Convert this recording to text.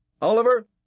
Oliver